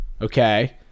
Okay